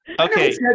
okay